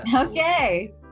Okay